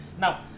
Now